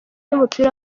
w’umupira